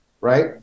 right